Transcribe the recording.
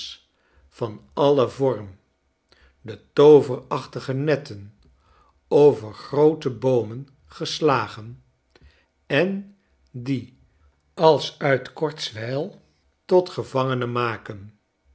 van alien vorm de tooverachtige netten over groote boomen geslagen en die ze als uit kortswijl tot gevangenen maken